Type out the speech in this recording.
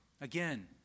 Again